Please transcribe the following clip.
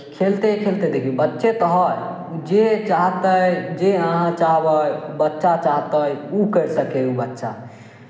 खेलतै खेलतै देखियौ बच्चे तऽ हइ जे चाहतै जे अहाँ चाहबै बच्चा चाहतै ओ करि सकैए ओ बच्चा